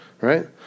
Right